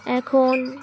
এখন